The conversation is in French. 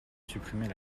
supprimez